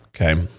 Okay